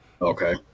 okay